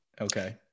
Okay